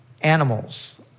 animals